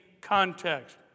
context